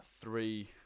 three